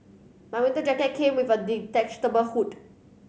my winter jacket came with a detachable hood